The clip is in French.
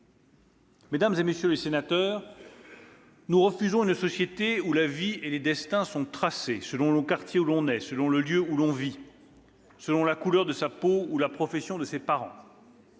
Mesdames, messieurs les sénateurs, nous refusons une société où la vie et les destins sont tracés : selon le quartier où l'on naît, selon le lieu où l'on vit, selon la couleur de sa peau ou la profession de ses parents.